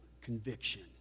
conviction